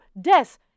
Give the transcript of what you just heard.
Death